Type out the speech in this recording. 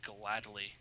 gladly